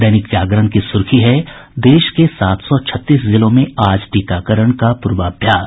दैनिक जागरण की सुर्खी है देश के सात सौ छत्तीस जिलों में आज टीकाकरण का पूर्वाभ्यास